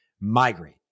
Migrate